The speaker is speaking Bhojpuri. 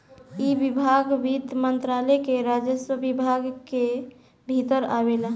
इ विभाग वित्त मंत्रालय के राजस्व विभाग के भीतर आवेला